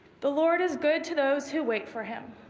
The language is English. the lord is good to those who wait for him.